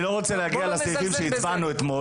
אני לא רוצה להגיע לסעיפים שהצבענו עליהם אתמול.